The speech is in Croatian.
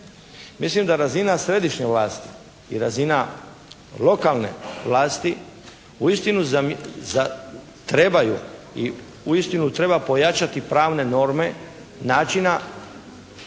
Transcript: Mislim da razina središnje vlasti i razina lokalne vlasti uistinu trebaju i uistinu treba pojačati pravne norme načina